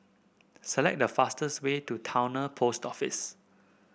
select the fastest way to Towner Post Office